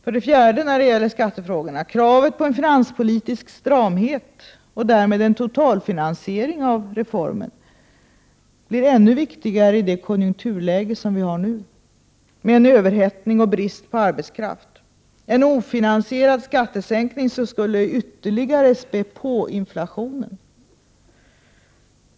För det fjärde: Kravet på finanspolitisk stramhet — och därmed på totalfinansiering av reformen — blir ännu viktigare i det konjunkturläge som vi har nu, med överhettning och brist på arbetskraft. En ofinansierad skattesänkning skulle ytterligare späda på inflationen.